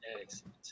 Excellent